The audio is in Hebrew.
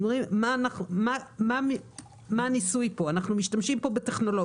אנחנו אומרים מה הניסוי אנחנו משתמשים בטכנולוגיה.